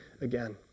again